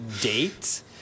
date